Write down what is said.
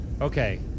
Okay